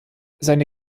seine